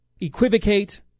equivocate